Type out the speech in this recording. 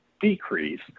decrease